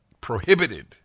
prohibited